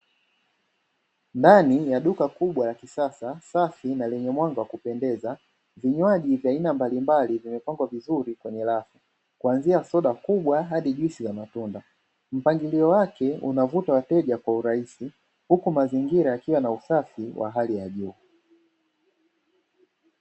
Ndani ya duka kubwa la kisasa safi na lenye mwanga wakupendeza, mpangilio wake unavuta wateja huku pakiwa na uangizi wa hali ya juu.